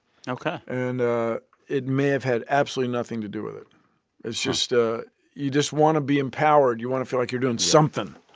and ah it may have had absolutely nothing to do with it it's just ah you just want to be empowered. you want to feel like you're doing something.